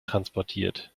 transportiert